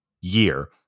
year